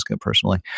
personally